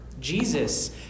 Jesus